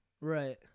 Right